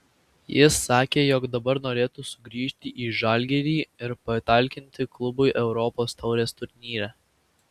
jis sakė jog dabar norėtų sugrįžti į žalgirį ir patalkinti klubui europos taurės turnyre